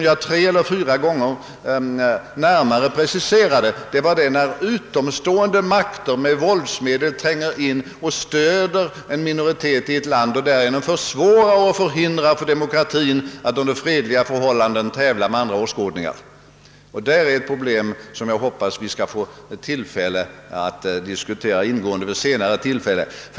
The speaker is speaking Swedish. Jag hoppas att vi skall få tillfälle att diskutera detta problem ingående vid ett senare tillfälle.